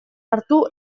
hartu